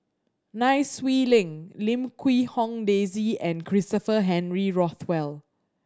Nai Swee Leng Lim Quee Hong Daisy and Christopher Henry Rothwell